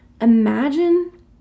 Imagine